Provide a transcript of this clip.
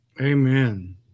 Amen